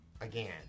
again